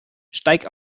steig